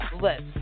list